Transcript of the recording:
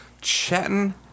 chatting